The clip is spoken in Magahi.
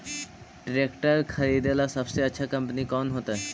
ट्रैक्टर खरीदेला सबसे अच्छा कंपनी कौन होतई?